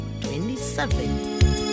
twenty-seven